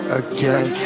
again